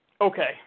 Okay